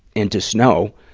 into snow,